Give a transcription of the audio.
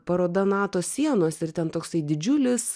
paroda nato sienos ir ten toksai didžiulis